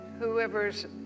whoever's